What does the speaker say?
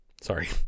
Sorry